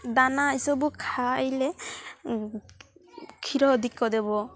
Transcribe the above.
ଦାନା ଏସବୁ ଖାାଇଲେ କ୍ଷୀର ଦେବ